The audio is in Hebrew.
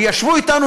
וישבו אתנו,